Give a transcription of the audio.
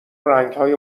رنگهای